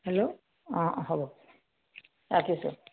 hello অঁ হ'ব ৰাখিছোঁ